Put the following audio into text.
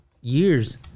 years